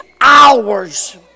hours